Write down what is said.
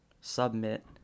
submit